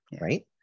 right